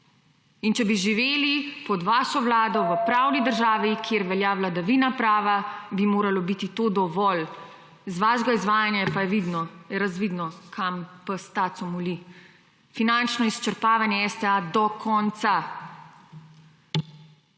znak za konec razprave/ v pravni državi, kjer velja vladavina prava, bi moralo biti to dovolj. Z vašega izvajanja je pa razvidno kam pes taco moli. Finančno izčrpavanje STA do konca.